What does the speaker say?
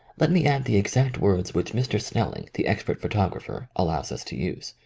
let me add the exact words which mr. snelling, the expert photographer, allows us to use.